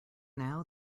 now